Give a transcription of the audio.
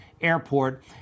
Airport